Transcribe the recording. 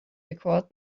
because